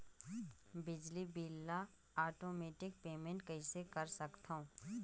बिजली बिल ल automatic payment कइसे कर सकथव?